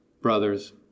Brothers